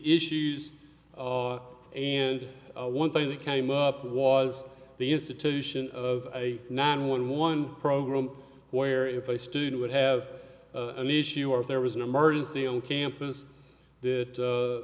issues and one thing that came up was the institution of a nine one one program where if a student would have an issue or if there was an emergency on campus